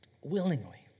willingly